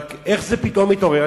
אבל איך זה פתאום התעורר?